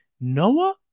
noah